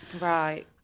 Right